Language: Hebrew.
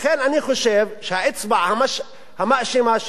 לכן אני חושב שהאצבע המאשימה היא